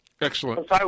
Excellent